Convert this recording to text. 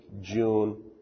June